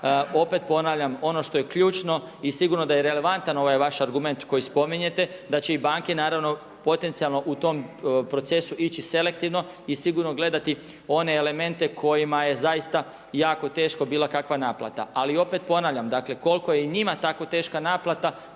Opet ponavljam, ono što je ključno i sigurno da je relevantan ovaj vaš argument koji spominjete da će i banke naravno potencijalno u tom procesu ići selektivno i sigurno gledati one elemente kojima je zaista jako teško bilo kakva naplata. Ali opet ponavljam, dakle koliko je i njima tako teška naplata